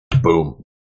Boom